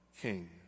king